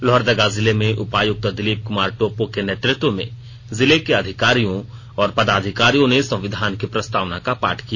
लोहरदगा जिले में उपायुक्त दिलीप कुमार टोप्पो के नेतृत्व में जिले के अधिकारियों और पदाधिकारियों ने संविधान की प्रस्तावना का पाठ किया